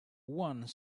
one